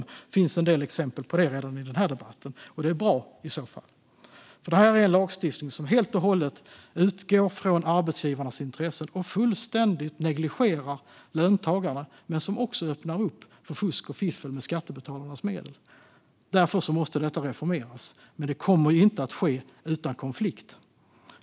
Det finns en del exempel på det redan i den här debatten. Det är i så fall bra. Det här är en lagstiftning som helt och hållet utgår från arbetsgivarnas intressen, som fullständigt negligerar löntagarna och som öppnar för fusk och fiffel med skattebetalarnas medel. Därför måste detta reformeras. Men det kommer inte att ske utan konflikt.